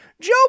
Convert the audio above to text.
Joe